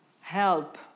help